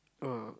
uh